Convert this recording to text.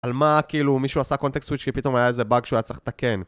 על מה כאילו מישהו עשה קונטקסט סוויץ' כי פתאום היה איזה באג שהוא היה צריך לתקן